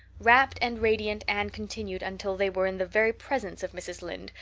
rapt and radiant anne continued until they were in the very presence of mrs. lynde,